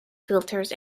filters